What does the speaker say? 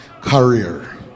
Career